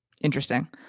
Interesting